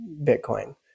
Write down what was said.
Bitcoin